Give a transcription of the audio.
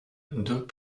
deux